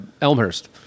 Elmhurst